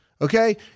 Okay